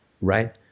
Right